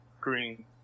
Green